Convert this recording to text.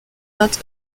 not